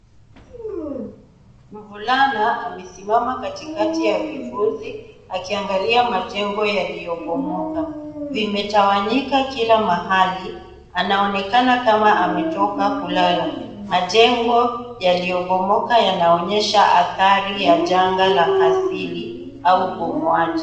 Mvulana amesimama katikati ya vifuzi akiangalia majengo yaliyobomoka. Vimetawanyika kila mahali, anaonekana kama ametoka kulala. Majengo yaliyobomoka yanaonyesha athari ya janga la asili au ubomoaji.